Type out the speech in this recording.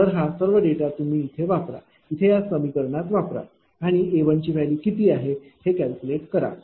तर हा सर्व डेटा तुम्ही इथे वापरा इथे या समीकरणात वापरा आणि A ची व्हॅल्यू किती आहे हे कॅल्कुलेट करा